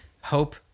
hope